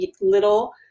little